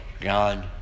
God